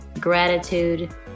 gratitude